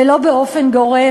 ולא באופן גורף.